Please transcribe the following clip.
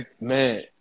man